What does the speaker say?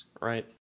Right